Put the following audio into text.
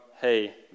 hey